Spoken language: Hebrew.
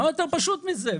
מה יותר פשוט מזה?